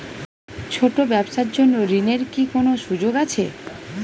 ছোট ব্যবসার জন্য ঋণ এর কি কোন সুযোগ আছে?